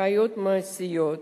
אחיות מעשיות,